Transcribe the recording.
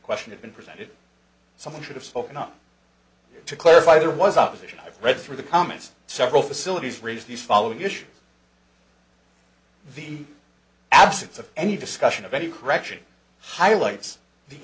question had been presented someone should have spoken up to clarify there was opposition i've read through the comments several facilities raised the following the issue in the absence of any discussion of any correction highlights the